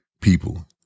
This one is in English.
people